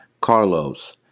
Carlos